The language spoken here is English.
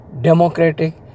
democratic